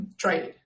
trade